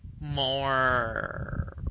more